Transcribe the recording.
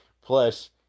Plus